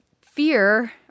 fear